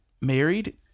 married